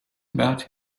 about